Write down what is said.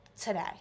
today